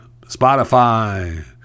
Spotify